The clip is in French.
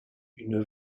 une